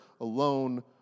alone